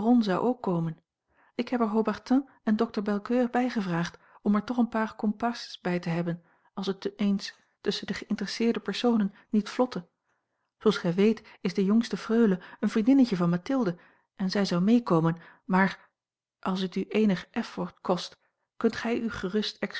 zou ook komen ik heb er haubertin en dokter belcoeur bij gevraagd om er toch een paar comparses bij te hebben als het eens tusschen de geïnteresseerde personen niet vlotte zooals gij a l g bosboom-toussaint langs een omweg weet is de jongste freule een vriendinnetje van mathilde en zij zou meekomen maar als het u eenig effort kost kunt gij u gerust